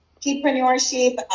entrepreneurship